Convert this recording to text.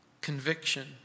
conviction